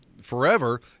forever